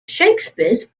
shakespeare’s